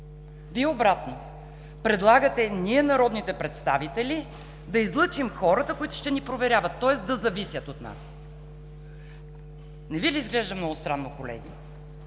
Вие – обратно – предлагате ние, народните представители, да излъчим хората, които ще ни проверяват, тоест да зависят от нас. Не Ви ли изглежда много странно, колеги,